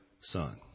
son